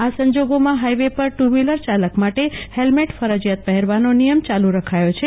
આ સંજોગોમાં હાઈવે પર ટુ વ્હીલરચાલક માટે હેલ્મેટ ફરજિયાત પહેરવાનો નિયમ ચાલુ રખાયો છે